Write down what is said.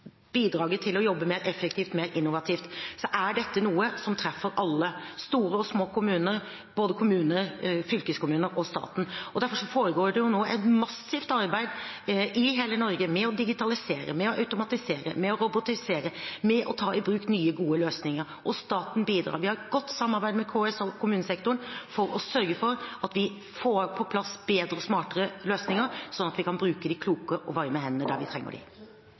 bidraget til å jobbe mer effektivt og mer innovativt, er dette noe som treffer alle – store og små kommuner, både kommuner, fylkeskommuner og staten. Derfor foregår det nå et massivt arbeid i hele Norge med å digitalisere, med å automatisere, med å robotisere og med å ta i bruk nye, gode løsninger. Og staten bidrar. Vi har et godt samarbeid med KS og kommunesektoren for å sørge for at vi får på plass bedre og smartere løsninger, slik at vi kan bruke de kloke hodene og varme hendene der vi trenger